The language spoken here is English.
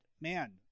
man